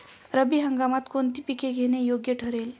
रब्बी हंगामात कोणती पिके घेणे योग्य ठरेल?